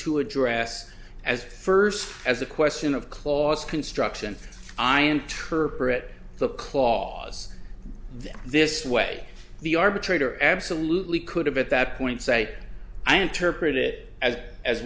to address as first as a question of clause construction i interpret the clause this way the arbitrator absolutely could have at that point say i interpret it as as